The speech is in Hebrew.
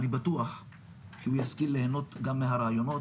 אני בטוח שהוא ישכיל ליהנות גם מהרעיונות,